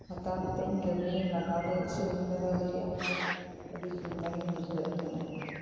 ᱦᱟᱛᱟᱣ ᱠᱟᱛᱮᱫ ᱠᱟᱹᱢᱤ ᱨᱮᱧ ᱞᱟᱜᱟᱣ ᱫᱟᱲᱮᱹᱭᱟᱜᱼᱟ ᱥᱮ ᱵᱟᱹᱧ ᱞᱟᱜᱟᱣ ᱫᱟᱲᱮᱹᱭᱟᱜᱼᱟ ᱟᱹᱰᱤ ᱪᱤᱱᱛᱟᱜᱤᱧ ᱵᱩᱡᱷᱟᱹᱣᱮᱫ ᱛᱟᱦᱮᱸᱫᱼᱟ